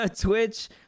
twitch